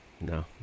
no